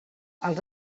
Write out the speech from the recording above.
els